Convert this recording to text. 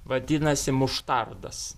vadinasi muštardas